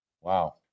Wow